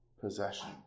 possession